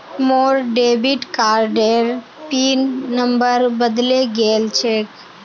मोर डेबिट कार्डेर pin number बदले गेल छेक